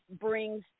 brings